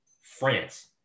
France